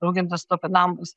raugintus topinambus